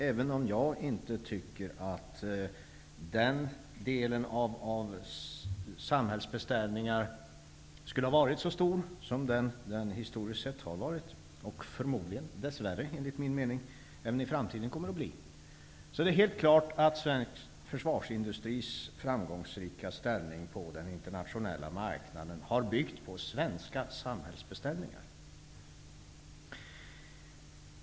Även om jag inte tycker att samhällsbeställningarna på det området skulle ha varit så många som de historiskt sett har varit och förmodligen -- dess värre, enligt min mening -- även i framtiden kommer att bli, är det helt klart att svensk försvarsindustris framgångsrika ställning på den internationella marknaden har byggt på svenska samhällsbeställningar.